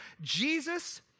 Jesus